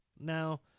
now